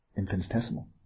infinitesimal